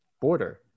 border